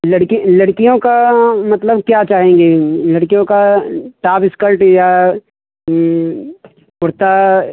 लड़की लड़कियों का मतलब क्या चाहेंगे लड़कियों का टाप स्कर्ट या कुर्ता